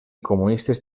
comunistes